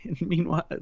Meanwhile